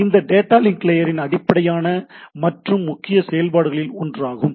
இது டேட்டா லிங்க்லேயரின் அடிப்படையான மற்றும் முக்கிய செயல்பாடுகளில் ஒன்றாகும்